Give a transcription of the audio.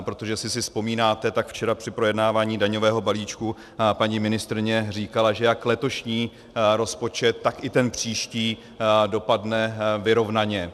Protože jestli si vzpomínáte, tak včera při projednávání daňového balíčku paní ministryně říkala, že jak letošní, tak i ten příští dopadne vyrovnaně.